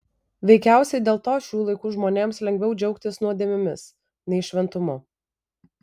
veikiausiai dėl to šių laikų žmonėms lengviau džiaugtis nuodėmėmis nei šventumu